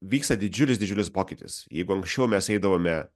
vyksta didžiulis didžiulis pokytis jeigu anksčiau mes eidavome